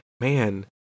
man